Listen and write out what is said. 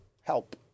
Help